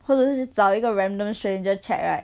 或者是去找一个 random stranger chat right